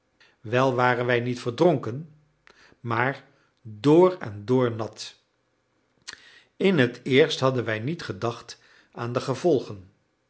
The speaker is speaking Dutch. wel waren wij niet verdronken maar door-en-door nat in het eerst hadden wij niet gedacht aan de gevolgen